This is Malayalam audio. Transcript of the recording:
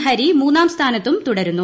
ഹരി മൂന്നാം സ്ഥാനത്തും തുടരുന്നു